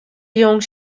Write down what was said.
jong